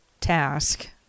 task